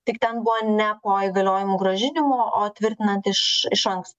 tik ten buvo ne po įgaliojimų grąžinimo o tvirtinant iš iš anksto